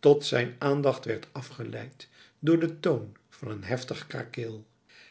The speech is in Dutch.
tot zijn aandacht werd afgeleid door de toon van een heftig krakeel